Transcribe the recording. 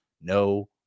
No